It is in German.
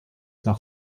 nach